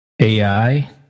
AI